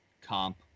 comp